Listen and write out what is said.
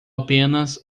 apenas